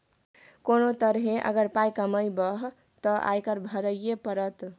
कोनो तरहे अगर पाय कमेबहक तँ आयकर भरइये पड़त